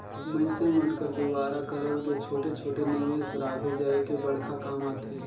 मइनसे मन कर दुवारा करल गे छोटे छोटे निवेस हर आघु जाए के बड़खा काम आथे